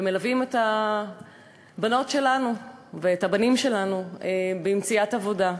ומלווים את הבנות שלנו ואת הבנים שלנו במציאת עבודה.